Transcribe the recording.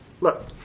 Look